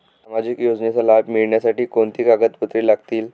सामाजिक योजनेचा लाभ मिळण्यासाठी कोणती कागदपत्रे लागतील?